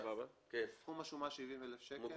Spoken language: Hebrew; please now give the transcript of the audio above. סכום השומה הוא 70,000 שקל.